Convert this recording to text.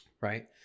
right